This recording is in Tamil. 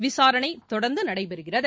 விசாரணை தொடர்ந்து நடைபெறுகிறது